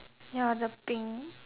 ya the pink